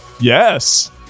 Yes